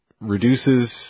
reduces